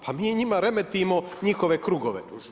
Pa mi njima remetimo njihove krugove.